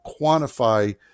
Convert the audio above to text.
quantify